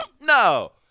no